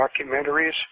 documentaries